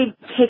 take